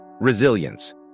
Resilience